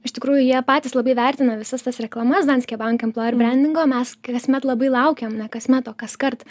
iš tikrųjų jie patys labai vertina visas tas reklamas danske bank emploer brendingo mes kasmet labai laukiame ne kasmet o kaskart